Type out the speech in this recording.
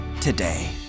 today